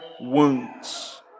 wounds